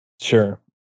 Sure